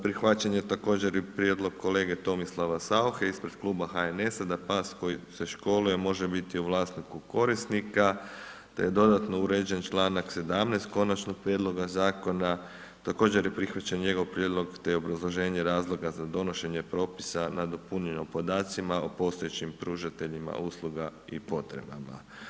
Prihvaćen je također i prijedlog kolege Tomislava Saucehe, ispred Kluba HNS-a da pas koji se školuje može biti u vlasniku korisnika, te je dodatno uređen čl. 17. konačnog prijedloga zakona, također je prihvaćen njegov prijedlog, te je obrazloženje razloga, za donošenje propisa nadopunjuje podacima o postojećem pružateljima usluga i potrebama.